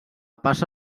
passa